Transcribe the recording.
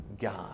God